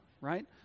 right